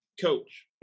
Coach